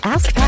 Ask